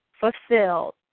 fulfilled